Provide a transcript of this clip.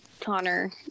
Connor